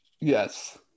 Yes